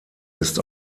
ist